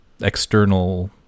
external